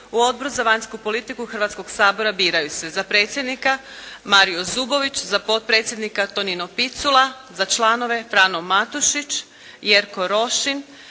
U Odbor za vanjsku politiku Hrvatskoga sabora biraju se za predsjednika Mario Zubović, za potpredsjednika Tonino Picula, za članove Frano Matušić, Jerko Rošin,